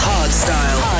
Hardstyle